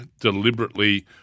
deliberately